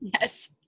Yes